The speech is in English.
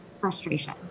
frustration